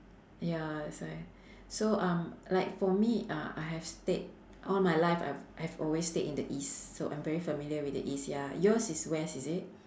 ya that's why so um like for me uh I have stayed all my life I've I have always stayed in the east so I'm very familiar with the east ya yours is west is it